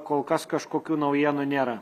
kol kas kažkokių naujienų nėra